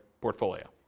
portfolio